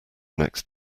next